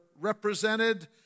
represented